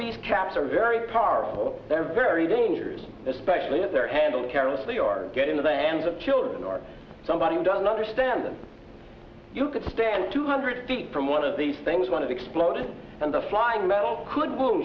these caps are very powerful they're very dangerous especially if they're handled carelessly or get into the hands of children or somebody who doesn't understand them you could stand two hundred feet from one of these things one of exploded and the flying metal could